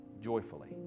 joyfully